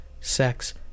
sex